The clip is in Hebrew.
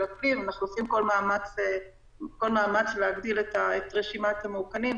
אנחנו עושים כל מאמץ להגדיל את רשימת המאוכנים,